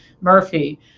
Murphy